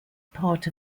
part